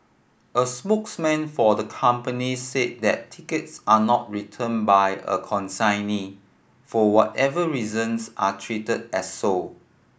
a spokesman for the company said that tickets are not returned by a consignee for whatever reasons are treated as sold